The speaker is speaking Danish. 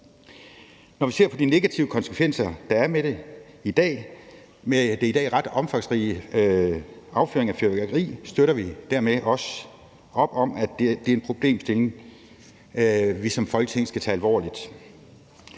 Når vi ser de negative konsekvenser, der er ved den i dag ret omfangsrige affyring af fyrværkeri, støtter vi dermed også op om, at det er en problemstilling, vi som Folketing skal tage alvorligt.